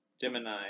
Gemini